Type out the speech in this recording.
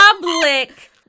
Public